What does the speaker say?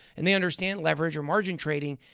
and they understand leverage or margin trading.